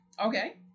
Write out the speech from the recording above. Okay